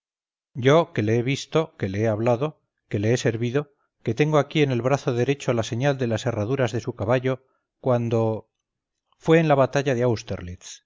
yo que le he visto que le he hablado que le he servido que tengo aquí en el brazo derecho la señal de las herraduras de su caballo cuando fue en la batalla de